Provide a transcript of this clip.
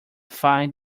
find